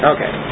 Okay